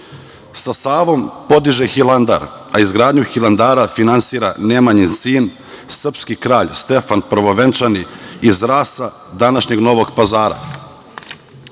Sa Savom podiže Hilandar, a izgradnju Hilandara finansira Nemanjin sin, srpski kralj Stefan Prvovenčani iz Rasa, današnjeg Novog